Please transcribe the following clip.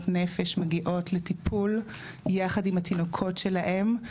נפש מגיעות לטיפול יחד עם התינוקות שלהן,